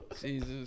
Jesus